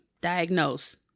diagnose